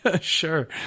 Sure